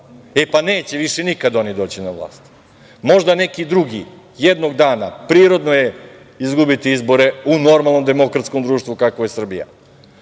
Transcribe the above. E, pa, neće više nikad oni doći na vlast! Možda neki drugi, jednog dana, prirodno je izgubiti izbore u normalnom demokratskom društvu kakvo je Srbija,